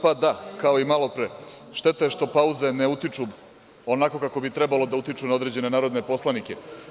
Pa da, kao i malopre, šteta što pauze ne utiču onako kako bi trebalo da utiču na narodne poslanike.